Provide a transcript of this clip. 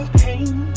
pain